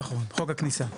נכון, חוק הכניסה.